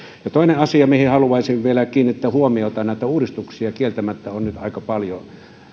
toinen asia mihin haluaisin vielä kiinnittää huomiota näitä uudistuksia kieltämättä on nyt aika paljon on